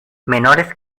menores